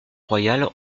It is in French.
royal